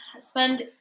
spend